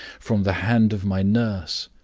from the hand of my nurse,